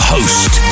Host